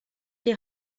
die